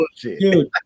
Dude